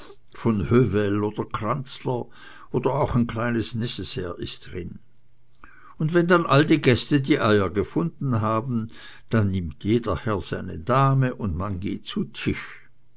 von hövell oder kranzler oder auch ein kleines necessaire ist drin und wenn dann all die gäste die eier gefunden haben dann nimmt jeder herr seine dame und man geht zu tisch